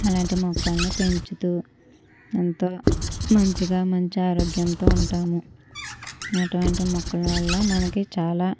అలాంటి మొక్కలను పెంచుతూ ఎంతో మంచిగా మంచి ఆరోగ్యంతో ఉంటాం అటువంటి మొక్కల వల్ల మనకి చాలా